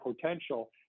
potential